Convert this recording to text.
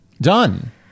Done